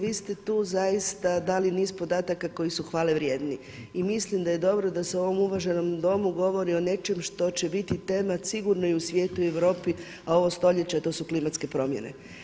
Vi ste tu zaista dali niz podataka koji su hvale vrijedni i mislim da je dobro da se u ovom uvaženom Domu govori o nečem što će biti tema sigurno i u svijetu i u Europi, a ovog stoljeća to su klimatske promjene.